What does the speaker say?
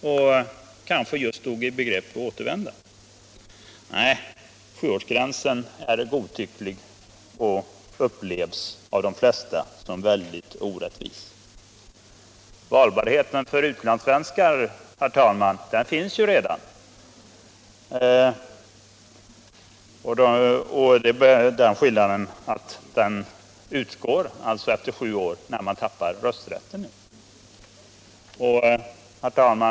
Den senare kanske just stod i begrepp att återvända. Nej, sjuårsgränsen är godtycklig och upplevs av de flesta som väldigt orättvis. Valbarheten för utlandssvenskar, herr talman, finns ju redan. Men valbarheten utgår efter sju år när man tappar rösträtten.